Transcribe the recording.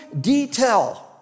detail